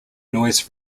noise